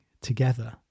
together